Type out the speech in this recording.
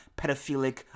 pedophilic